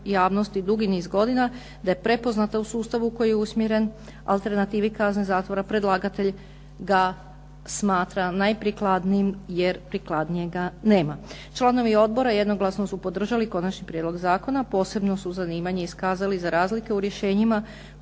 javnosti dugi niz godina, da je prepoznata u sustavu koji je usmjeren alternativi kazne zatvora, predlagatelj ga smatra najprikladnijim jer prikladnijega nema. Članovi Odbora jednoglasno su podržali Konačni prijedlog zakona, posebno su zanimanje iskazali za razlike u rješenjima